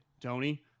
Tony